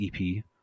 EP